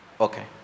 Okay